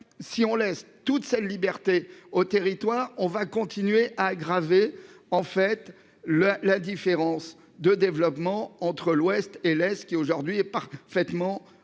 si on laisse toute seule liberté aux territoires. On va continuer à aggraver en fait la, la différence de développement entre l'Ouest et l'Est qui aujourd'hui est parfaitement.